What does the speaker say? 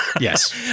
Yes